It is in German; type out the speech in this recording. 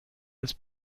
als